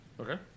Okay